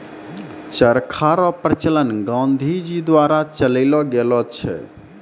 चरखा रो प्रचलन गाँधी जी द्वारा चलैलो गेलो छै